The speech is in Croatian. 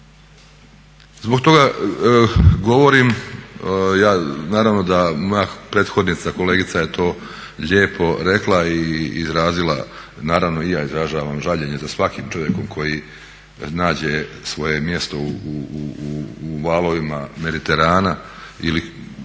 Zbog toga govorim, naravno da moja prethodnica, kolegica je to lijepo rekla i izrazila, naravno i ja izražavam žaljenje za svakim čovjekom koji nađe svoje mjesto u valovima mediterana ili